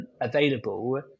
available